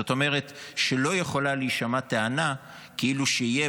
זאת אומרת שלא יכולה להישמע טענה כאילו שיהיה